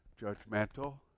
judgmental